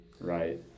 right